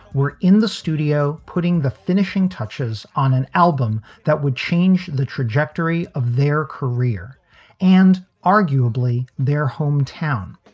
were in the studio putting the finishing touches on an album that would change the trajectory of their career and arguably their hometown.